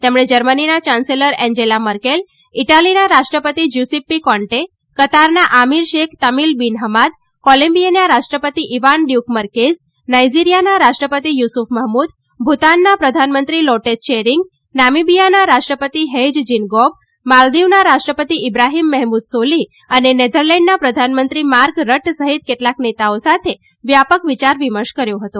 તેમણે જર્મનીના યાન્સેલર એન્જેલા મર્કેલ ઇટાલીના રાષ્ટ્રપતિ જ્યુસિપ્પી કોન્ટે કતારના અમીર શેખ તમિલ બીન હમાદ કોલંબિયાના રાષ્ટ્રપતિ ઇવાન ડયુક મર્કેઝ નાઇઝીરીયાના રાષ્ટ્રપતિ યુસુફ મહમૂદ ભુતાનના પ્રધાનમંત્રી લોટે ત્રોરીંગ નામિમ્બિયાના રાષ્ટ્રપતિ હેજ જીનગૌબ માલદિવના રાષ્ટ્રપતિ ઇબ્રાહીમ મેહમુદ સોલિહ અને નેધરલેન્ડના પ્રધાનમંત્રી નાર્ક રટ સહિત કેટલાંક નેતાઓ સાથે વ્યાપક વિયાર વિમર્શ કર્યો હતો